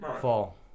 Fall